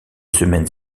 semaines